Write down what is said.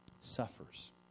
suffers